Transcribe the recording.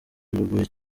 biragoye